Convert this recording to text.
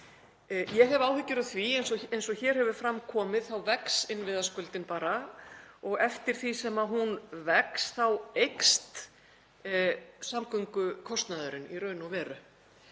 Ég hef áhyggjur af því. Eins og hér hefur fram komið þá vex innviðaskuldin bara og eftir því sem hún vex þá eykst samgöngukostnaðurinn í raun og veru.